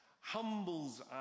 humbles